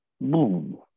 Boom